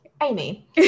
Amy